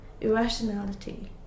Irrationality